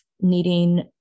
needing